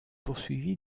poursuivi